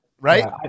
right